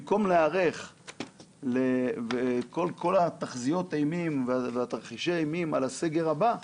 במקום להיערך לכל תחזיות האימים ותרחישי אימים לסגר הבא,